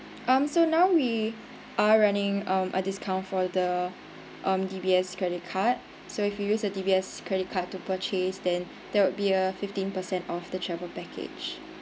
um so now we are running um a discount for the um D_B_S credit card so if you use a D_B_S credit card to purchase then there would be a fifteen percent off the travel package